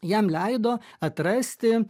jam leido atrasti